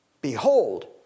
Behold